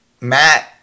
Matt